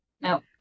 No